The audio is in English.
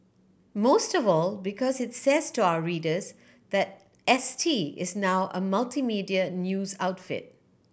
most of all because it says to our readers that S T is now a multimedia news outfit